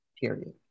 period